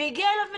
הגיעה אליו מטפלת,